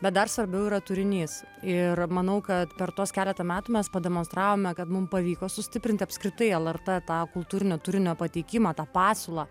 bet dar svarbiau yra turinys ir manau kad per tuos keletą metų mes pademonstravome kad mum pavyko sustiprinti apskritai lrt tą kultūrinio turinio pateikimą tą pasiūlą